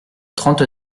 trente